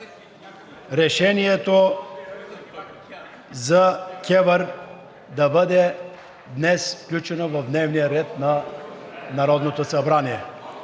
решението за КЕВР и днес да бъде включено в дневния ред на Народното събрание.